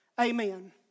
Amen